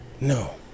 No